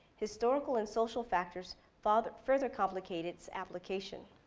historical and social factors, further further complicate its application.